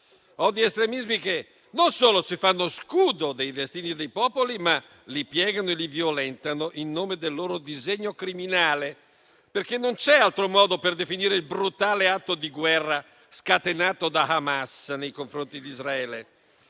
ed estremismi che non solo si fanno scudo dei destini dei popoli, ma che li piegano e li violentano in nome del loro disegno criminale. Non c'è infatti altro modo per definire il brutale atto di guerra scatenato da Hamas nei confronti di Israele;